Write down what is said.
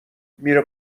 میره